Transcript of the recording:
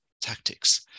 tactics